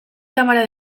kamera